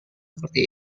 seperti